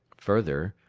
further,